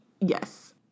yes